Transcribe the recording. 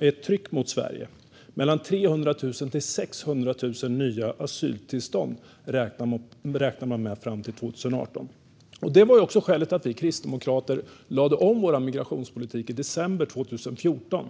ett tryck mot Sverige - mellan 300 000 och 600 000 nya uppehållstillstånd räknade man med fram till 2018. Det var också skälet till att vi kristdemokrater lade om vår migrationspolitik i december 2014.